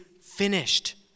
finished